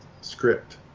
script